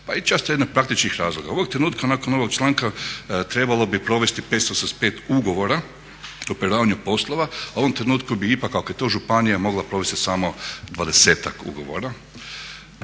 …/Govornik se ne razumije./… razloga. Ovog trenutka nakon ovog članka trebalo bi provesti 575 ugovora o …/Govornik se ne razumije./… poslova, a u ovom trenutku bi ipak ako je to županija mogla provesti samo 20-tak ugovora